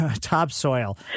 topsoil